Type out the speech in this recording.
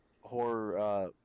Horror